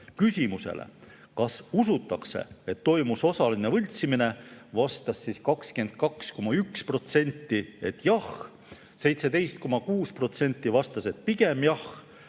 Küsimusele, kas usutakse, et toimus osaline võltsimine, vastas 22,1%, et jah, 17,6% vastas, et pigem jah,